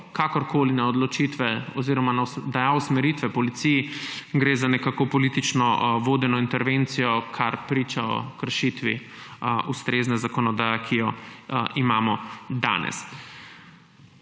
kakorkoli na odločitve oziroma dajal usmeritve policiji, gre za nekako politično vodeno intervencijo, kar priča o kršitvi ustrezne zakonodaje, ki jo imamo danes,